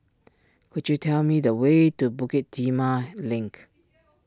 could you tell me the way to Bukit Timah Link